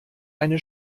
eine